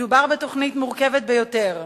מדובר בתוכנית מורכבת ביותר,